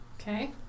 Okay